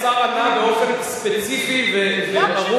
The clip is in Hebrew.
השר ענה באופן ספציפי וברור,